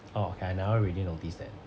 oh okay I never really notice that